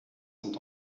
sont